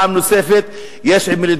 ועכשיו הוא הוכיח לכם פעם נוספת, יש עם מי לדבר.